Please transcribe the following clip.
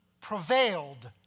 prevailed